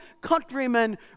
countrymen